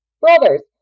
brothers